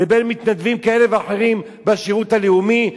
ובין מתנדבים כאלה ואחרים בשירות הלאומי,